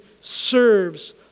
serves